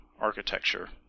architecture